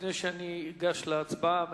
לפני שאגש להצבעה,